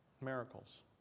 miracles